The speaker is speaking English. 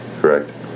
correct